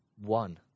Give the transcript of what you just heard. One